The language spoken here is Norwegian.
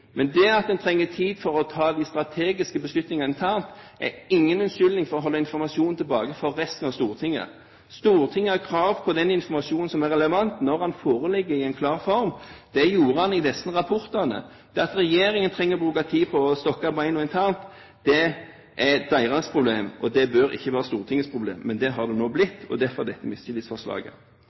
Men det at en trenger tid for å ta de strategiske beslutningene en tar, er ingen unnskyldning for å holde tilbake informasjon fra resten av Stortinget. Stortinget har krav på den informasjonen som er relevant, når den foreligger i en klar form. Det gjorde den i disse rapportene. Det at regjeringen trenger å bruke tid på å stokke bena internt, er deres problem. Det bør ikke være Stortingets problem, men det har det nå blitt – og derfor dette